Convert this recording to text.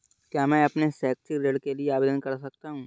क्या मैं अपने शैक्षिक ऋण के लिए आवेदन कर सकता हूँ?